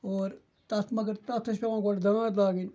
اور تَتھ مگر تَتھ ٲسۍ پٮ۪وان گۄڈٕ دانٛد لاگٕنۍ